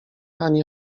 ani